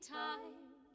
time